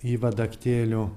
į vadaktėlių